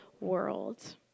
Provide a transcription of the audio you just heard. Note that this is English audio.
world